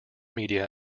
media